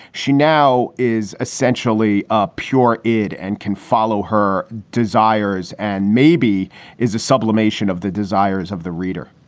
she now is essentially a pure id and can follow her desires and maybe is a sublimation of the desires of the reader